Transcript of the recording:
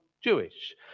Jewish